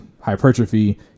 hypertrophy